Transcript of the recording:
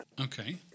Okay